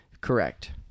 Correct